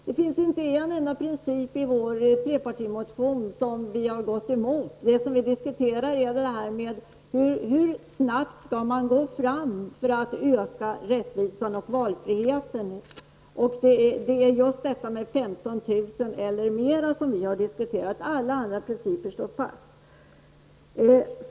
Det finns inte en enda princip i vår trepartimotion som vi har gått ifrån. Det vi diskuterar är hur snabbt man skall gå fram för att öka rättvisan och valfriheten och frågan om avdragsrätt för styrkta barnomsorgskostnader skall gälla upp till 15 000 kr. eller mer. Alla andra principer står fast.